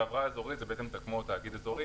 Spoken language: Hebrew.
חברה אזורית היא כמו תאגיד אזורי